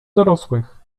dorosłych